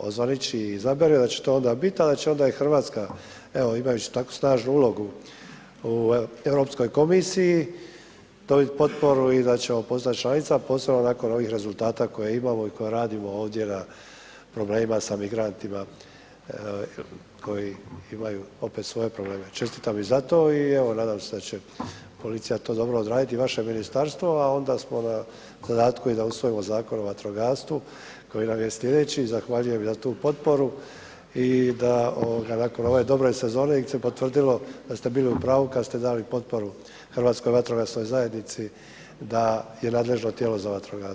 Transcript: ozvaniči i izabere, da će to onda bit a da će onda i Hrvatska evo, imajući takvu snažnu ulogu u Europskoj komisiji, dobiti potporu i da ćemo postati članica, posebno nakon ovih rezultata koje imamo i koje radimo ovdje na problemima sa migrantima koji imaju opet svoje probleme, čestitam i zato i evo, nadam se da će policija to dobro odraditi i vaše ministarstvo a onda smo i na zadatku i da usvojimo Zakon o vatrogastvu koji nam je slijedeći, zahvaljujem i na tu potporu i da nakon ove dobre sezone se potvrdilo da ste bili u pravu kad ste dali potporu Hrvatskoj vatrogasnoj zajednici da je nadležno tijelo za vatrogastvo.